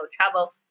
travel